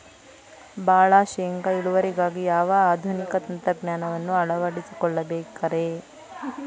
ಭಾಳ ಶೇಂಗಾ ಇಳುವರಿಗಾಗಿ ಯಾವ ಆಧುನಿಕ ತಂತ್ರಜ್ಞಾನವನ್ನ ಅಳವಡಿಸಿಕೊಳ್ಳಬೇಕರೇ?